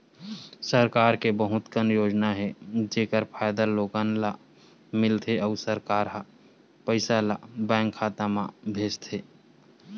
सरकार के बहुत कन योजना हे जेखर फायदा लोगन ल मिलथे अउ सरकार ह पइसा ल बेंक खाता म भेजथे